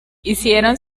hicieron